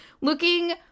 looking